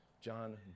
John